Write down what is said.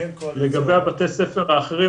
לגבי בתי הספר האחרים,